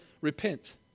repent